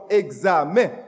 examen